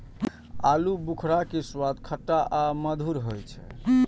आलू बुखारा के स्वाद खट्टा आ मधुर होइ छै